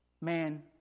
man